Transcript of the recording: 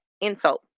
insult